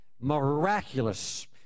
miraculous